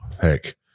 heck